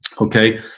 Okay